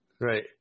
Right